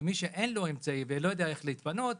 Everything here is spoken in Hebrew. ומי שאין לו אמצעי ולא יודע איך להתפנות,